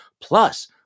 plus